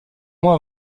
mois